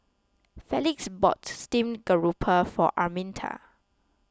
Felix bought Steamed Garoupa for Arminta